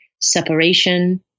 separation